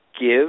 give